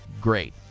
great